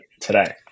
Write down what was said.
today